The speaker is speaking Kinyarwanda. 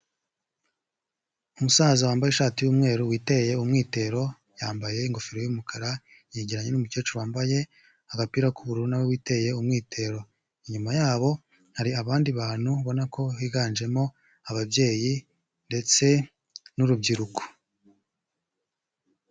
Umusaza wambaye ishati y'umweru witeye umwitero yambaye ingofero yumukara yegeranye n'umukecuru wambaye agapira k'uburu na witeye umwitero inyuma yabo hari abandi bantu ubona ko higanjemo ababyeyi ndetse n'urubyiruko.